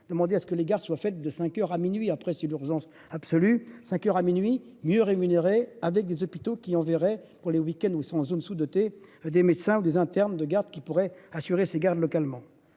demander à ce que les gares soient faites de 5h à minuit. Après c'est l'urgence absolue 5h à minuit mieux rémunérés avec des hôpitaux qui enverrait pour les week-ends où sont en zones sous-dotées des médecins ou des internes de garde qui pourrait assurer ces gardes localement.